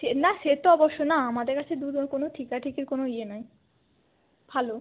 সে না সে তো অবশ্য না আমাদের কাছে দুধের কোনো ঠেকাঠেকির কোনো ইয়ে নাই ভালো